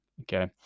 Okay